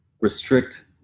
restrict